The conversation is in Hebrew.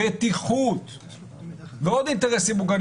בטיחות ועוד אינטרסים מוגנים.